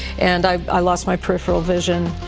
and i i lost my peripheral vision.